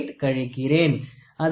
008 கழிக்கிறேன